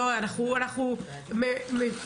לא היינו מטפלים בזה,